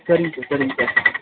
சரிங்க சார் சரிங்க சார்